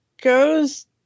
goes